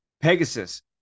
pegasus